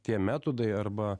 tie metodai arba